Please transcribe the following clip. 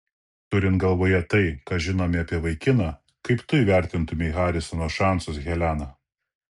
turint galvoje tai ką žinome apie vaikiną kaip tu įvertintumei harisono šansus helena